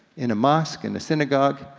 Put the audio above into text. in a mosque, in a synagogue,